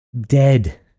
dead